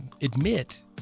admit